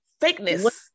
fakeness